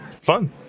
Fun